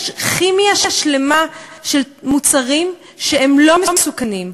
יש כימיה שלמה של מוצרים שהם לא מסוכנים,